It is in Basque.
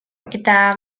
eta